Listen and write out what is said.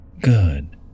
good